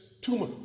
tumor